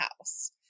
house